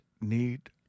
need